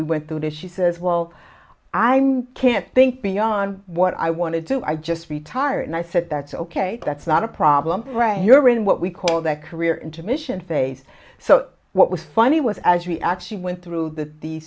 we went through this she says well i'm can't think beyond what i wanted to i just retired and i said that's ok that's not a problem right here in what we call that career into mission phase so what was funny was as we actually went through that the